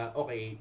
okay